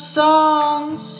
songs